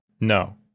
No